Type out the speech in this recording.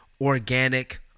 organic